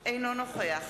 אינו נוכח